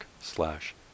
slash